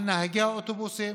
נהגי האוטובוסים,